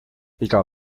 iga